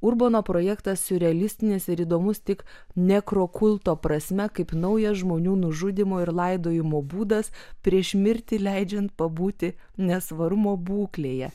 urbono projektas siurrealistinis ir įdomus tik nekrokulto prasme kaip naujas žmonių nužudymo ir laidojimo būdas prieš mirtį leidžiant pabūti nesvarumo būklėje